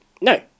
no